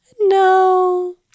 No